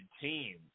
team